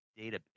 database